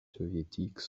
soviétiques